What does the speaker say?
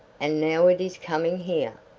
and now it is coming here.